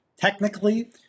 technically